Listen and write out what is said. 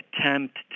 attempt